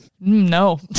no